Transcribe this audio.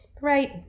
right